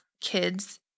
kids